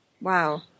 wow